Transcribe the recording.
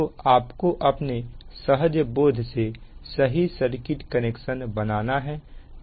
तो आपको अपने सहज बोध से सही सर्किट कनेक्शन बनाना है